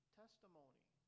testimony